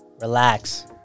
Relax